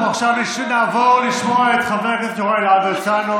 אנחנו עכשיו נעבור לשמוע את חבר הכנסת יוראי להב הרצנו.